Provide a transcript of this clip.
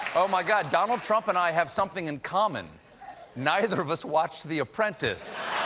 oh, my god. donald trump and i have something in common neither of us watched the apprentice.